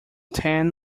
ten